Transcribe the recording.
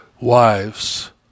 wives